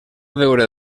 veure